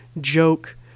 Joke